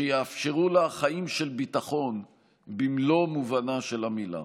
שיאפשרו לה חיים של ביטחון במלוא מובנה של המילה.